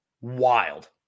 Wild